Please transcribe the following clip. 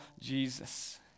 Jesus